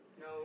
No